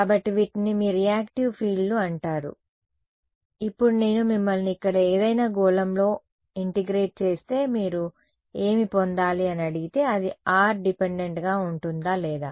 కాబట్టి వీటిని మీ రియాక్టివ్ ఫీల్డ్లు అంటారు ఇప్పుడు నేను మిమ్మల్ని ఇక్కడ ఏదైనా గోళంలో ఇంటెగ్రేట్ చేస్తే మీరు ఏమి పొందాలి అని అడిగితే అది r డిపెండెంట్ గా ఉంటుందా లేదా